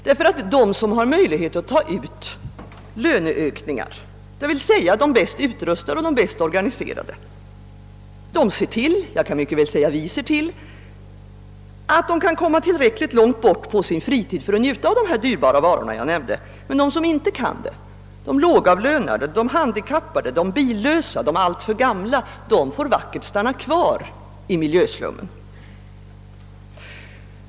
De som har möjlighet att ta ut löneökningar, d.v.s. de bäst utrustade och bäst organiserade — jag kunde också säga vi ser till att de kan komma tillräckligt långt bort på sin fritid för att njuta av de dyrbara varor jag nämnde. Men de som inte kan det — 'de lågavlönade, de handikappade, de billösa, de alltför gamla — får vackert stanna kvar i miljöslummen.